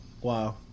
Wow